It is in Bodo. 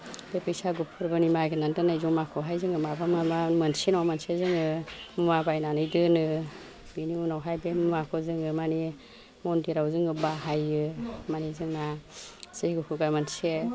बे बैसागु फोरबोनि मागिनानै दोन्नाय जमाखौहाय जोङो माबा माबा मोनसे नङा मोनसे जोङो मुवा बायनानै दोनो बेनि उनावहाय बे मुवाखौ जोङो मानि मन्दिराव जोङो बाहायो मानि जोंना जैग' हुगा मोनसे